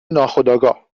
ناخودآگاه